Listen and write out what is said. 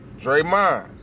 Draymond